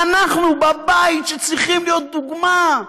אנחנו בבית, שצריך להיות דוגמה.